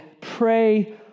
pray